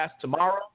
tomorrow